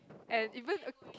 and even a